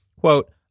quote